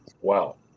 Wow